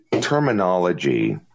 terminology